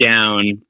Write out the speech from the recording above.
down